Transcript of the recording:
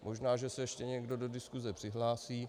Možná že se ještě někdo do diskuze přihlásí.